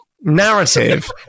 narrative